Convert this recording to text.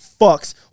fucks